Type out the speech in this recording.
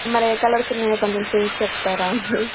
మరి ఏ కలర్స్ ఉన్నాయో కొంచెం చూసి చెప్తారా